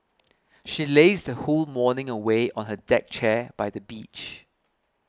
she lazed her whole morning away on her deck chair by the beach